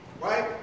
right